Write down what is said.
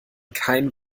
kein